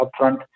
upfront